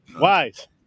Wise